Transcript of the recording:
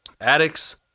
addicts